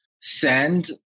send